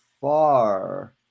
far